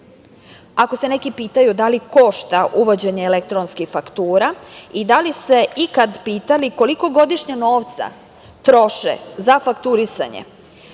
se neki pitaju da li košta uvođenje elektronskih faktura i da li se ikada pitali koliko godišnje novca troše za fakturisanje,